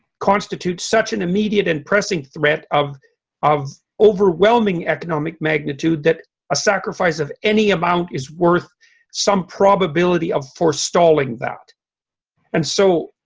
constitutes such an immediate and pressing threat of of overwhelming economic magnitude that a sacrifice of any amount is worth some probability of forestalling that and so